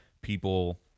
people